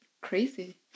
crazy